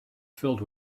filled